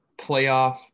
playoff